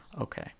okay